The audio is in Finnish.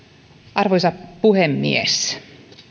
arvoisa puhemies